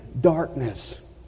darkness